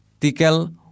tikel